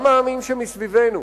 העמים שמסביבנו.